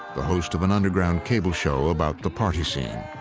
the host of an underground cable show about the party scene.